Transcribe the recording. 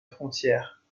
frontière